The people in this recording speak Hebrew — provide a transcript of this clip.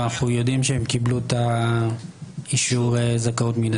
אבל אנחנו יודעים שהם קיבלו את אישור הזכאות מנתיב.